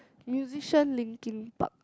musician Linkin-Park